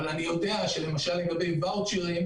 אבל לגבי ואוצ'רים,